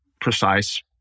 precise